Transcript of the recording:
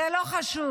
זה לא חשוב.